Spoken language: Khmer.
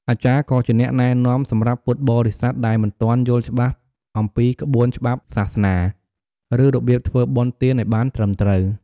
អាចារ្យក៏ជាអ្នកណែនាំសម្រាប់ពុទ្ធបរិស័ទដែលមិនទាន់យល់ច្បាស់អំពីក្បួនច្បាប់សាសនា ឬរបៀបធ្វើបុណ្យទានឱ្យបានត្រឹមត្រូវ។